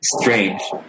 strange